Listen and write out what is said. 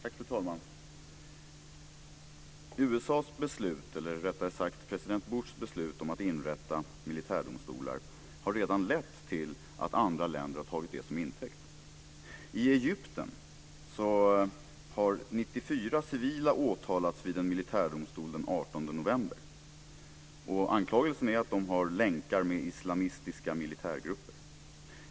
Fru talman! Andra länder har redan tagit USA:s, eller rättare sagt president Bushs, beslut om att inrätta militärdomstolar som intäkt för att själva agera. I 18 november. Anklagelsen gäller att de har länkar till islamistiska militärgrupper.